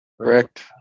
Correct